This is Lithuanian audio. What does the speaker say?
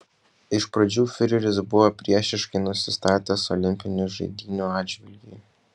iš pradžių fiureris buvo priešiškai nusistatęs olimpinių žaidynių atžvilgiu